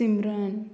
Simran